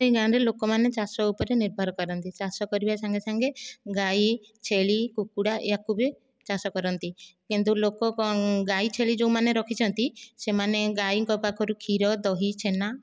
ଏହି ଗାଁରେ ଲୋକମାନେ ଚାଷ ଉପରେ ନିର୍ଭର କରନ୍ତି ଚାଷ କରିବା ସାଙ୍ଗେ ସାଙ୍ଗେ ଗାଈ ଛେଳି କୁକୁଡ଼ା ଏହାକୁ ବି ଚାଷ କରନ୍ତି କିନ୍ତୁ ଲୋକ କ'ଣ ଗାଈ ଛେଳି ଯେଉଁମାନେ ରଖିଛନ୍ତି ସେମାନେ ଗାଈଙ୍କ ପାଖରୁ କ୍ଷୀର ଦହି ଛେନା